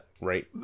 right